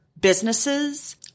businesses